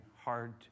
hard